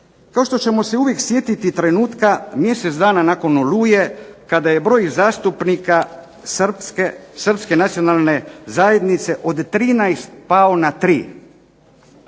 Kao što ćemo se uvijek sjetiti trenutka mjesec dana nakon "Oluje" kada je broj zastupnika Srpske nacionalne zajednice od 13 pao na 3